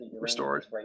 restored